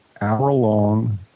hour-long